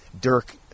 Dirk